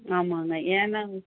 ஆமாங்க ஏன்னால்